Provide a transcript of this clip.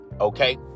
okay